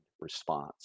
response